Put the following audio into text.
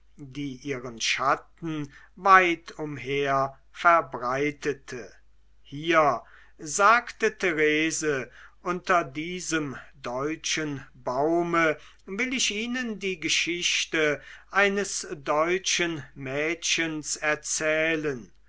die ihren schatten weit umher verbreitete hier sagte therese unter diesem deutschen baume will ich ihnen die geschichte eines deutschen mädchens erzählen